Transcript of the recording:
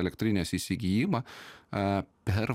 elektrinės įsigijimą a per